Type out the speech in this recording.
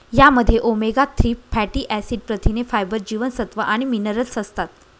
यामध्ये omega three fatty acid, प्रथिने, fibre, जीवनसत्व आणि मिनरल्स असतात